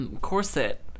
corset